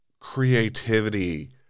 creativity